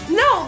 no